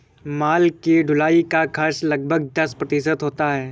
माल की ढुलाई का खर्च लगभग दस प्रतिशत होता है